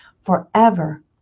forever